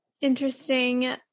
interesting